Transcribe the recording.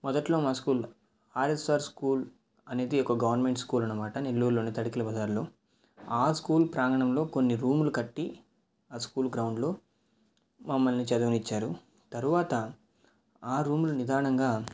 మొదట్లో మా school RSR school అనేది ఒక గవర్నమెంట్ స్కూల్ అన్నమాట నెల్లూరులోని తడికల బజారులో ఆ స్కూల్ ప్రాంగణంలో కొన్ని రూములు కట్టి ఆ స్కూల్ గ్రౌండ్లో మమ్మల్ని చదివనిచ్చారు తరువాత ఆ రూములు నిదానంగా